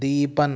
Deepan